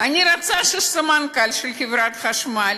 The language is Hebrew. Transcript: אני רוצה שסמנכ"ל חברת חשמל